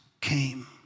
came